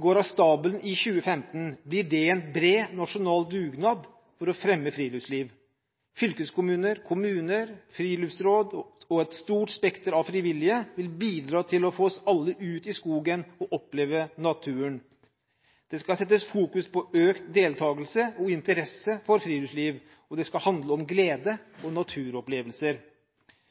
går av stabelen i 2015, blir det en bred nasjonal dugnad for å fremme friluftsliv. Fylkeskommuner, kommuner, friluftsråd og et stort spekter av frivillige vil bidra til å få oss alle ut i skogen og oppleve naturen. Det skal fokuseres på økt deltakelse i og interesse for friluftsliv, og det skal handle om glede og naturopplevelser.